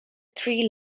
three